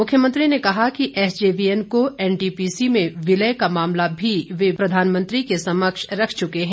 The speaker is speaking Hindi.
मुख्यमंत्री ने कहा कि एसजेवीएन को एनटीपीसी में विलय करने का मामला भी वे प्रधानमंत्री के समक्ष रख चुके हैं